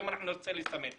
היום נרצה לסמן.